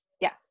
Yes